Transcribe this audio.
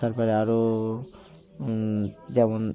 তারপরে আরও যেমন